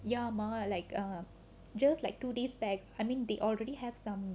ya mah like err just like two days back I mean they already have some